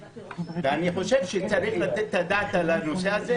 ואני חושב שצריך לתת את הדעת על הנושא הזה